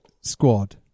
squad